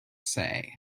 say